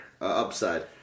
upside